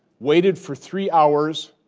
waited for three hours,